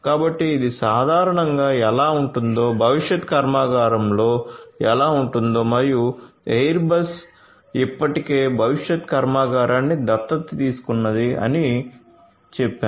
కాబట్టి ఇది సాధారణంగా ఎలా ఉంటుందో భవిష్యత్ కర్మాగారంలో ఎలా ఉంటుందో మరియు ఎయిర్ బస్ ఇప్పటికే భవిష్యత్ కర్మాగారాన్ని దత్తత తీసుకొన్నది అని చెప్పాను